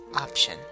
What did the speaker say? option